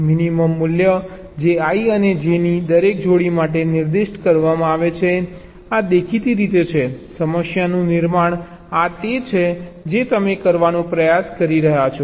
minimum મૂલ્ય જે i અને j ની દરેક જોડી માટે નિર્દિષ્ટ કરવામાં આવે છે આ દેખીતી રીતે છે સમસ્યાનું નિર્માણ આ તે છે જે તમે કરવાનો પ્રયાસ કરી રહ્યાં છો